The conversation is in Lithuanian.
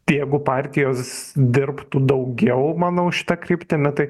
jeigu partijos dirbtų daugiau manau šita kryptimi tai